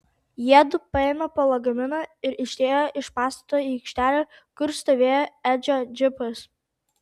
jiedu paėmė po lagaminą ir išėjo iš pastato į aikštelę kur stovėjo edžio džipas